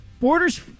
Borders